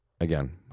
Again